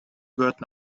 gehörten